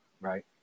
Right